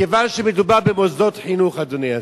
מכיוון שמדובר במוסדות חינוך, אדוני השר,